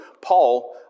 Paul